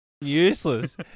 useless